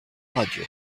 radio